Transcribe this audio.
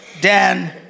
Dan